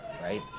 right